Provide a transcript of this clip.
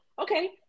okay